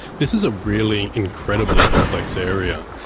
this is a really incredibly complex area.